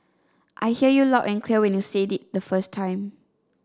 I heard you loud and clear when you said it the first time